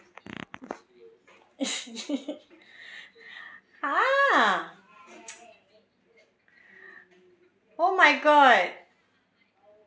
ah oh my god